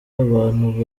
abantu